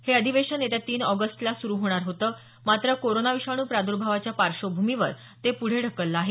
हे अधिवेशन येत्या तीन ऑगस्टला सुरु होणार होतं मात्र कोरोना विषाणू प्रादुर्भावाच्या पार्श्वभूमीवर ते पुढ ढकलल आहे